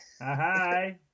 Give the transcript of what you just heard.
Hi